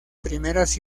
primeras